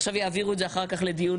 יעבירו את זה אחר לדיון